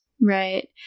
Right